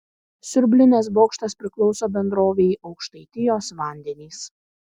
siurblinės bokštas priklauso bendrovei aukštaitijos vandenys